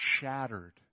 shattered